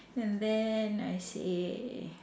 and then I say